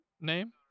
name